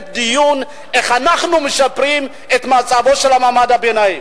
דיון איך אנחנו משפרים את מצבו של מעמד הביניים.